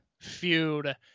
feud